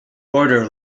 order